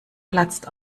platzt